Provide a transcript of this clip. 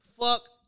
fuck